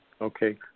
Okay